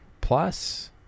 plus